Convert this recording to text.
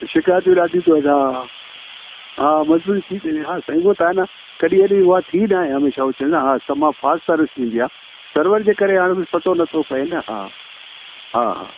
शिकायतियूं ॾाढियूं थियूं अचनि हा हा मजदूरी थी थी वञे उहो त आहे न कॾहिं एॾी उहा थी नाहे हमेशह हूअ चवंदा हा तमामु फास्ट सर्विस थींदी आहे सर्वर जे करे बि हाणे वरी पतो न थो पए न हा हा